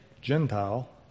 Gentile